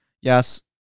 yes